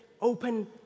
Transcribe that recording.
open